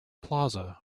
plaza